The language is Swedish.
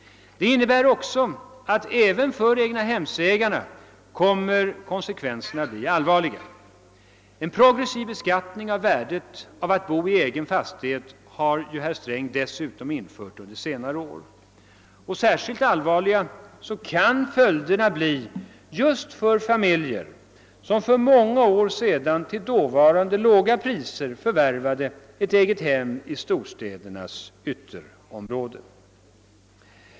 Det innebär att konsekvenserna blir allvarliga även för egnahemsägarna. Under senare år har herr Sträng dessutom infört en progressiv beskattning av värdet av att bo i egen fastighet. Särskilt allvarliga kan följderna bli för familjer som för många år sedan till dåvarande låga priser förvärvade ett egethem i storstädernas ytterområden.